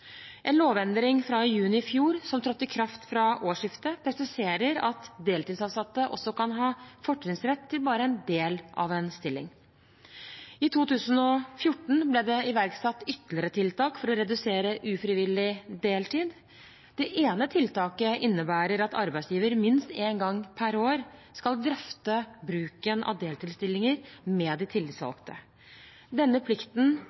En lovendring fra juni i fjor, som trådte i kraft fra årsskiftet, presiserer at deltidsansatte også kan ha fortrinnsrett til bare en del av en stilling. I 2014 ble det iverksatt ytterligere tiltak for å redusere ufrivillig deltid. Det ene tiltaket innebærer at arbeidsgiveren minst én gang per år skal drøfte bruken av deltidsstillinger med de tillitsvalgte. Denne plikten